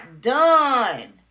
done